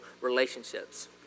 relationships